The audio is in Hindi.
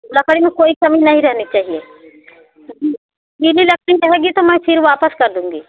लकड़ी में कोई कमी नहीं रहनी चाहिए गी गीली लकड़ी रहेगी तो मैं फिर वापस कर दूँगी